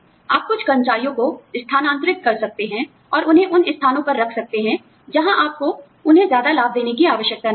आप कुछ कर्मचारियों को स्थानांतरित कर सकते हैं और उन्हें उन स्थानों पर रख सकते हैं जहां आपको उन्हें ज्यादा लाभ देने की आवश्यकता नहीं है